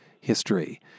history